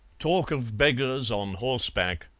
talk of beggars on horseback,